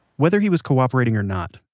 whether he was cooperating or not,